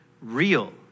real